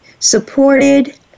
Supported